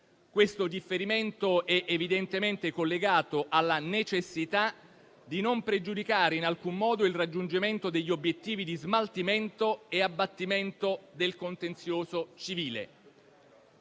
Questo differimento è evidentemente collegato alla necessità di non pregiudicare in alcun modo il raggiungimento degli obiettivi di smaltimento e abbattimento del contenzioso civile.